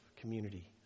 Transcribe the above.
community